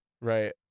Right